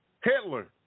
Hitler